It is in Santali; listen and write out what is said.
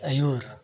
ᱟᱹᱭᱩᱨ